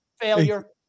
failure